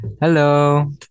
Hello